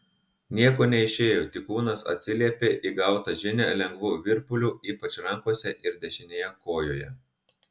nieko neišėjo tik kūnas atsiliepė į gautą žinią lengvu virpuliu ypač rankose ir dešinėje kojoje